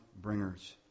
bringers